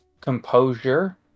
composure